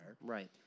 Right